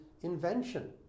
invention